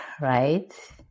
right